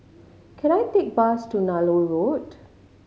can I take bus to Nallur Road